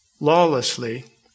lawlessly